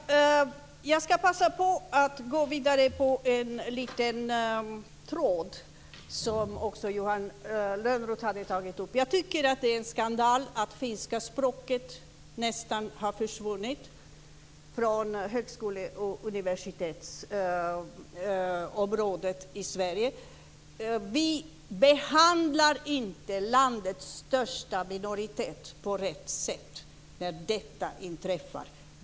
Fru talman! Jag ska passa på att spinna vidare på en liten tråd som också Johan Lönnroth tog upp. Jag tycker att det är en skandal att det finska språket nästan har försvunnit från högskole och universitetsområdet i Sverige. Vi behandlar inte landets största minoritet på rätt sätt när detta inträffar.